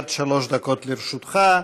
עד שלוש דקות לרשותך,